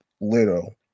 Little